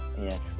Yes